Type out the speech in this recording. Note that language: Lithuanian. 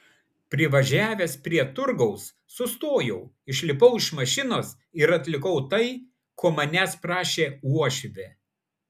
privažiavęs prie turgaus sustojau išlipau iš mašinos ir atlikau tai ko manęs prašė uošvė